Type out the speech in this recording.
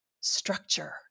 structure